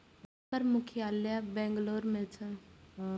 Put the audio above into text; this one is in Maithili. एकर मुख्यालय बेंगलुरू मे छै